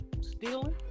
stealing